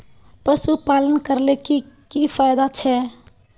पशुपालन करले की की फायदा छे?